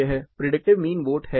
यह predictive mean vote है